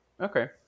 Okay